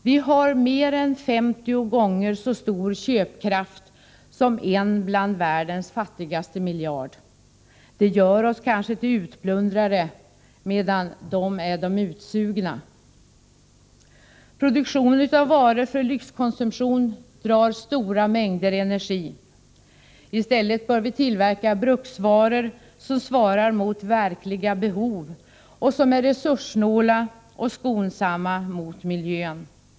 Vi har mer än femtio gånger så stor köpkraft som en människa bland världens fattigaste miljard. Det gör oss kanske till utplundrare, medan de är de utsugna. Produktion av varor för lyxckonsumtion drar stora mängder energi. I stället bör vi tillverka bruksvaror, som svarar mot verkliga behov och som är resurssnåla och skonsamma mot miljön.